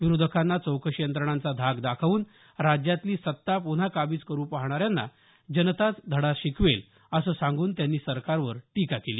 विरोधकांना चौकशी यंत्रणांचा धाक दाखवून राज्यातली सत्ता पुन्हा काबीज करू पाहणाऱ्यांना जनताच धडा शिकवेल असं सांगून त्यांनी सरकारवर टीका केली